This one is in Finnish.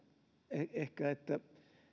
ehkä että